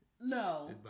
No